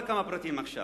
אמסור כמה פרטים עכשיו.